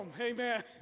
Amen